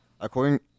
according